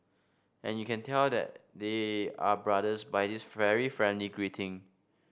and you can tell their they are brothers by this very friendly greeting